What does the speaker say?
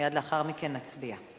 מייד לאחר מכן נצביע.